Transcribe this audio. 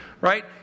right